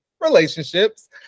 relationships